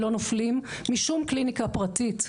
לא נופלים משום קליניקה פרטית,